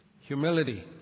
humility